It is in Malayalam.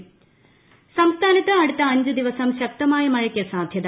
മഴ സംസ്ഥാനത്ത് അടുത്ത അഞ്ച് ദിവസം ശക്തമായ മഴയ്ക്ക് സാധ്യത